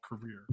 career